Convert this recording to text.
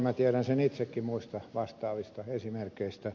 minä tiedän sen itsekin muista vastaavista esimerkeistä